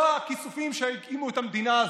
אלה הכיסופים שהקימו את המדינה הזאת.